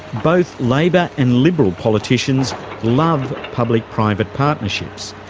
both labor and liberal politicians love public-private partnerships.